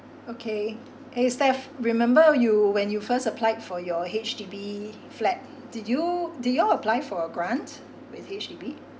okay eh steff remember you when you first applied for your H_D_B flat did you did you all apply for a grant with H_D_B